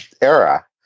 era